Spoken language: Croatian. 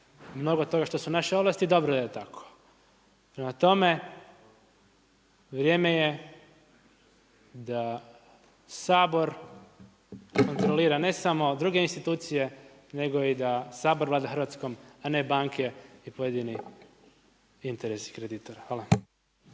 mnogo toga što su naše ovlasti i dobro da je tako. Prema tome, vrijeme je da Sabor, kontrolira ne samo druge institucije, nego da i Sabor vlada Hrvatskom, a ne banke i pojedini interesi kreditora. Hvala.